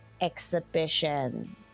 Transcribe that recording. exhibition